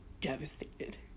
devastated